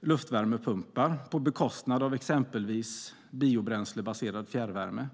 luftvärmepumpar på bekostnad av exempelvis biobränslebaserad fjärrvärme.